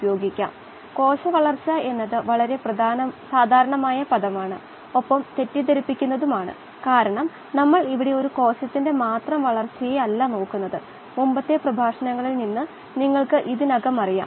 bioreactor പ്രകടനത്തെ ബാധിക്കുന്ന ചില കൾടിവേഷൻ പരാമീറ്ററുകളും ബയോറിയാക്ടർ പരിസ്ഥിതി പരാമീറ്ററുകളും ആണ് നമ്മൾ കണ്ടത് നമ്മൾ അത് ഇന്നും തുടരും